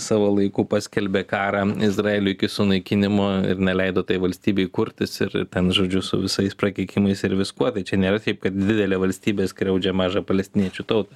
savo laiku paskelbė karą izraeliui iki sunaikinimo ir neleido tai valstybei kurtis ir ir ten žodžiu su visais prakeikimais ir viskuo tai čia nėra taip kad didelė valstybė skriaudžia mažą palestiniečių tautą